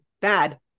Bad